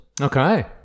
Okay